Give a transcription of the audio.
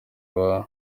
wawe